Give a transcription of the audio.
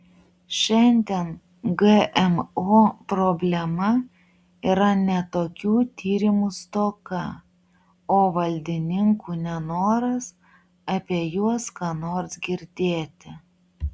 šiandien gmo problema yra ne tokių tyrimų stoka o valdininkų nenoras apie juos ką nors girdėti